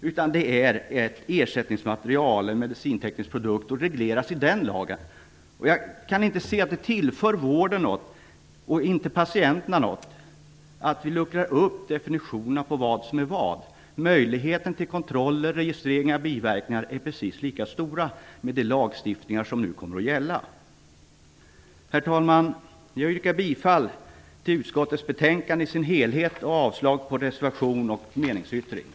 Det är då fråga om ett ersättningsmaterial, en medicinteknisk produkt, som regleras i därför avsedd lag. Jag kan inte se att det skulle tillföra vården eller patienterna något om vi luckrar upp definitionen av vad som är vad. Möjligheterna till kontroll och registrering av biverknigar är precis lika stora med den lagstiftning som nu kommer att gälla. Herr talman! Jag yrkar bifall till utskottets hemställan i dess helhet och avslag på reservationen och meningsyttringen.